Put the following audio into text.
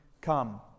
come